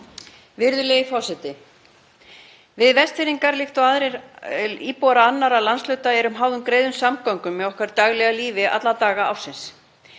Við Vestfirðingar, líkt og íbúar annarra landshluta, erum háð greiðum samgöngum í okkar daglega lífi alla daga ársins.